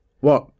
What